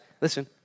Listen